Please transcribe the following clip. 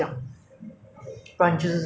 那你现在 holiday 有找工作